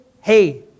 hey